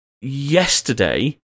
yesterday